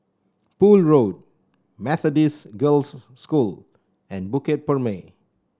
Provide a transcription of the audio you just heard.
Poole Road Methodist Girls' School and Bukit Purmei